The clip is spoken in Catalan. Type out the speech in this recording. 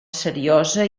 seriosa